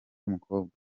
mukobwa